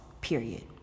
period